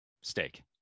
steak